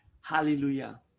hallelujah